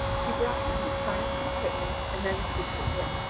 he brought him his harness and equipment, and then accoutred him.